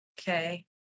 Okay